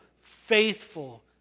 faithful